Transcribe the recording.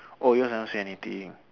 oh yours never say anything